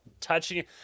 touching